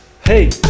Hey